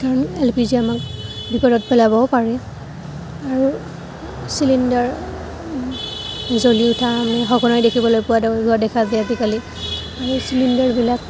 কাৰণ L P জিয়ে আমাক বিপদত পেলাবও পাৰে আৰু চিলিণ্ডাৰ জ্বলি উঠা আমি সঘনাই দেখিবলৈ পোৱা দেখা যায় আজিকালি আৰু চিলিণ্ডাৰবিলাক